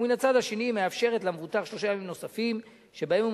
ומן הצד השני היא מאפשרת למבוטח שלושה ימים נוספים שבהם הוא